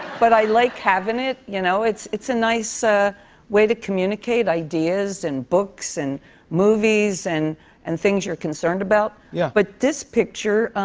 but i like having it. you know? it's a nice ah way to communicate ideas and books and movies and and things you're concerned about. yeah. but this picture,